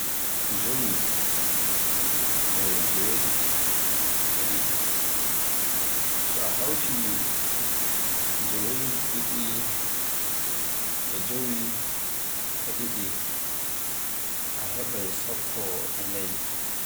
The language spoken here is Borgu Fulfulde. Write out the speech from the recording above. Jowi e jeweɗiɗi e ɗiɗi. So a hawti jeweɗiɗi e jowi e ɗiɗi e heɓaay sappo e naayi.